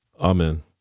Amen